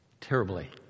terribly